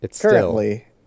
currently